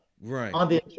Right